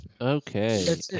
Okay